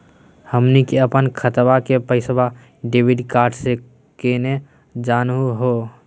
हमनी के अपन खतवा के पैसवा डेबिट कार्ड से केना जानहु हो?